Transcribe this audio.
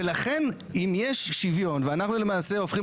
ולכן אם יש שוויון ואנחנו למעשה הופכים